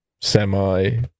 semi